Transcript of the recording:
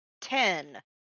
ten